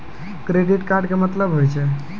Credit card के मतलब होय छै?